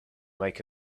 make